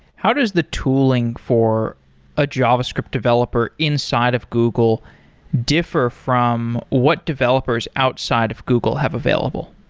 how does the tooling for a javascript developer inside of google differ from what developers outside of google have available?